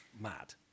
mad